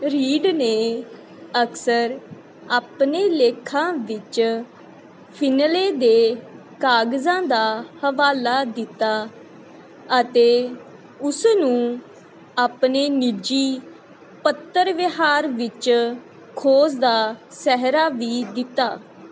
read ਨੇ ਅਕਸਰ ਆਪਣੇ ਲੇਖਾਂ ਵਿੱਚ ਫਿਨਲੇ ਦੇ ਕਾਗਜ਼ਾਂ ਦਾ ਹਵਾਲਾ ਦਿੱਤਾ ਅਤੇ ਉਸ ਨੂੰ ਆਪਣੇ ਨਿੱਜੀ ਪੱਤਰ ਵਿਹਾਰ ਵਿੱਚ ਖੋਜ ਦਾ ਸਿਹਰਾ ਵੀ ਦਿੱਤਾ